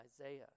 Isaiah